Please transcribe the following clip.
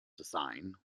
design